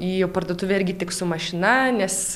į parduotuvę irgi tik su mašina nes